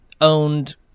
Owned